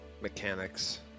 mechanics